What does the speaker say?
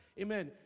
amen